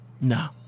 No